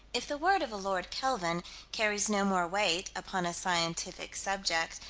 if the word of a lord kelvin carries no more weight, upon scientific subjects,